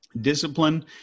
Discipline